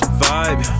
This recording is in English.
vibe